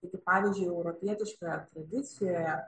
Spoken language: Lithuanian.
taigi pavyzdžiui europietiškoje tradicijoje